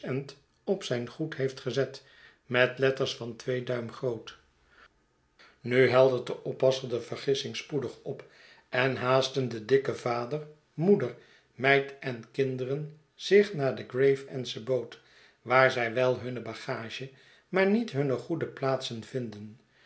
op zijn goed heeft gezet met letters van twee duim groot nu heldert de oppasser de vergissing spoedig op en haasten de dikke vader moeder meid en kinderen zich naar de gravesendsche boot waar zij wel hunne bagage maar niet hunne goede plaatsen vinden